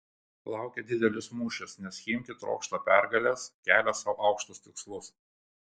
laukia didelis mūšis nes chimki trokšta pergalės kelia sau aukštus tikslus